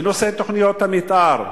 בנושא תוכניות המיתאר,